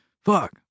Fuck